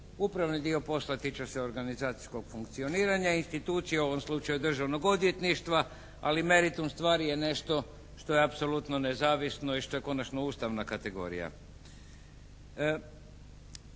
Upravni dio posla tiče se organizacijskog funkcioniranja institucije, u ovom slučaju Državnog odvjetništva, ali meritum stvari je nešto što je apsolutno nezavisno i što je konačno ustavna kategorija.